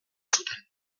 zuten